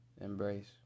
embrace